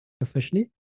officially